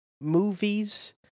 movies